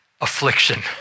affliction